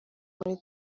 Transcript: muri